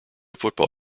football